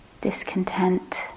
discontent